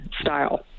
style